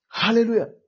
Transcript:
Hallelujah